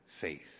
faith